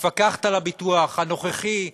המפקחת על הביטוח הנוכחית,